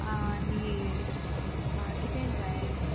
आं आनी आं कितें जाये